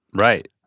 right